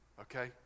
okay